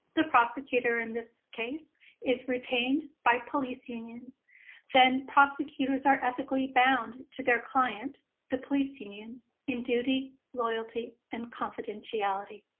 the prosecutor in this case is retained by police unions then prosecutors are ethically bound to their client to police unions in duty loyalty and confidentiality.